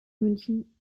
münchen